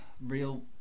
real